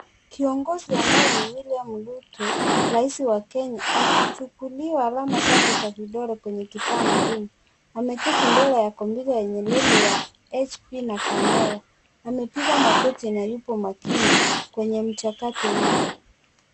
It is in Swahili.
Kiongozi ambaye ni William Ruto rais wa Kenya akichukuliwa alama zake za vidole kwenye kifaa maalum ameketi mbele ya kompyuta yenye nembo ya HP na kamera. Amepiga magoti na yupo makini kwenye mchakato huo.